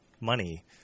money